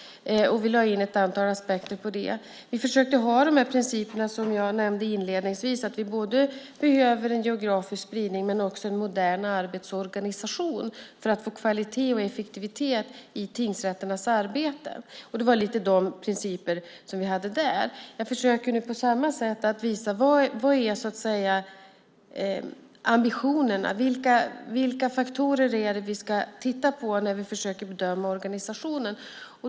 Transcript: Vi lade in ett antal aspekter på det. Vi försökte ha de principer som jag nämnde inledningsvis, att vi behöver både en geografisk spridning och en modern arbetsorganisation för att få kvalitet och effektivitet i tingsrätternas arbete. Det var de principer vi hade där. Jag försöker nu på samma sätt visa vilka ambitionerna är. Vilka faktorer är det vi ska titta på när vi försöker bedöma organisationen?